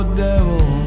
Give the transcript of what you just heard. devil